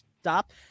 stop